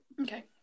okay